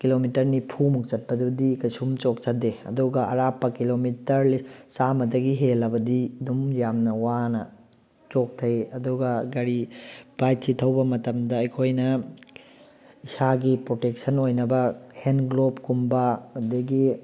kilometre ꯅꯤꯐꯨꯃꯨꯛ ꯆꯠꯄꯗꯗꯤ ꯀꯩꯁꯨꯝ ꯆꯣꯛꯊꯗꯦ ꯑꯗꯨꯒ ꯑꯔꯥꯞꯄ ꯀꯤꯂꯣꯃꯤꯇꯔ ꯆꯥꯝꯃꯗꯒꯤ ꯍꯦꯜꯂꯕꯗꯤ ꯑꯗꯨꯝ ꯌꯥꯝ ꯋꯥꯅ ꯆꯣꯛꯊꯩ ꯑꯗꯨꯒ ꯒꯥꯔꯤ ꯕꯥꯏꯛꯁꯤ ꯊꯧꯕ ꯃꯇꯝꯗ ꯑꯩꯈꯣꯏꯅ ꯏꯁꯥꯒꯤ ꯄ꯭ꯔꯣꯇꯦꯛꯁꯟ ꯑꯣꯏꯅꯕ ꯍꯦꯟꯒ꯭ꯂꯣꯞꯀꯨꯝꯕ ꯑꯗꯒꯤ